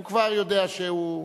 הוא כבר יודע שהוא,